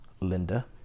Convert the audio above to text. linda